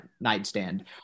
nightstand